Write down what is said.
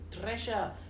treasure